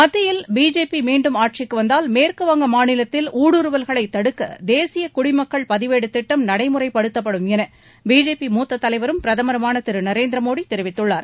மத்தியில் பிஜேபி மீண்டும் ஆட்சிக்கு வந்தால் மேற்குவங்க மாநிலத்தில் ஊடுருவல்களை தடுக்க தேசிய குடிமக்கள் பதிவேடு திட்டம் நடைமுறைப்படுத்தப்படும் என பிஜேபி மூத்தத் தலைவரும் பிரதமருமான திரு நரேந்திர மோடி தெரிவித்துள்ளார்